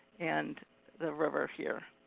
and the river here.